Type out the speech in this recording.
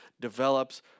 develops